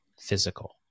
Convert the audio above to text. physical